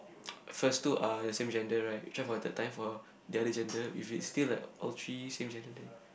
first two are the same gender right we try for the third time for the other gender if it's still like all three same gender then